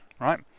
right